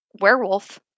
Werewolf